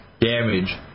damage